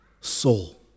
soul